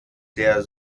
der